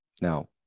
Now